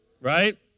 right